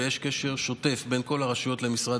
ויש קשר שוטף בין כל הרשויות למשרד